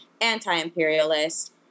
anti-imperialist